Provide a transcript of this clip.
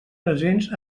presents